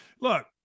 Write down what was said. Look